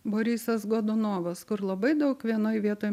borisas godunovas kur labai daug vienoj vietoj